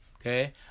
Okay